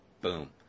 Boom